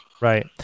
Right